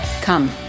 Come